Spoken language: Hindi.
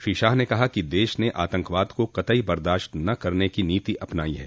श्री शाह ने कहा कि दश ने आतंकवाद को कतई बर्दाश्त न करने की नीति अपनाई है